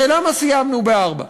הרי למה סיימנו ב-16:00?